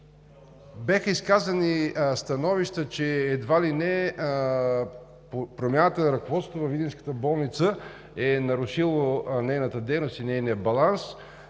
бяха изказани становища, че едва ли не промяната на ръководството във видинската болница е нарушило нейната дейност и нейния баланс.